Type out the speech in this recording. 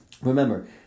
Remember